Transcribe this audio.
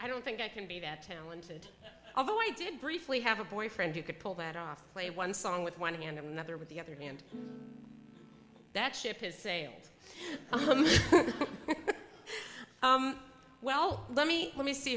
i don't think i can be that talented although i did briefly have a boyfriend you could pull that off play one song with one hand and another with the other hand that ship has sailed well let me let me see